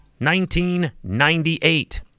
1998